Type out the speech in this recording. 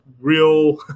real